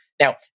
now